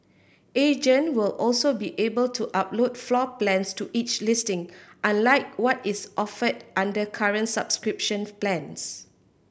agent will also be able to upload floor plans to each listing unlike what is offered under current subscription plans